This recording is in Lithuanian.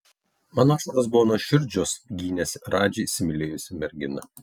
mano ašaros buvo nuoširdžios gynėsi radži įsimylėjusi mergina